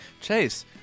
Chase